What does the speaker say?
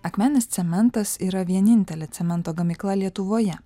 akmenės cementas yra vienintelė cemento gamykla lietuvoje